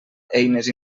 eines